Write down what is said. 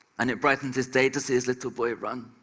and it brightened his day to see his little boy run,